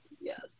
Yes